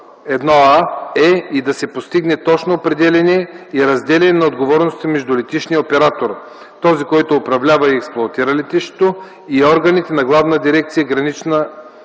Іа, е и да се постигне точно определяне и разделяне на отговорностите между летищния оператор (този, който управлява и експлоатира летището) и органите на Главна дирекция „Гранична полиция”